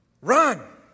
Run